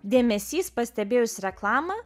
dėmesys pastebėjus reklamą